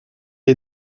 est